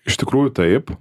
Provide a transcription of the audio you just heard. iš tikrųjų taip